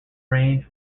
range